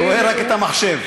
הוא רואה רק את המחשב.